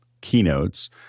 keynotes